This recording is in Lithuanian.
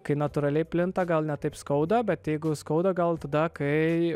kai natūraliai plinta gal ne taip skauda bet jeigu skauda gal tada kai